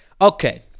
Okay